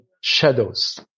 shadows